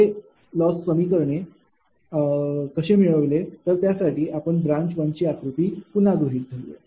हे लॉस समीकरण कसे मिळविले तर त्यासाठी आपण ब्रांच 1 ची आकृती पुन्हा गृहीत धरूया